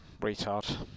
retard